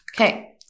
okay